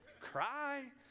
cry